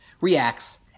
reacts